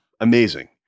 amazing